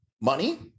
money